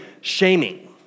shaming